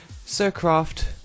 Sircraft